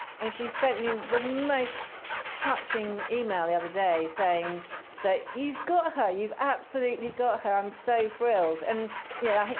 and she sent me the most touching email the other day, saying that, you've got her! you've absolutely got her. i'm so thrilled. and yeah